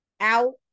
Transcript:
Out